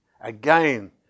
Again